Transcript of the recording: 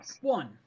one